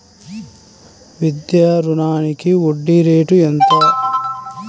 విద్యా రుణానికి వడ్డీ రేటు ఎంత?